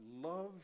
love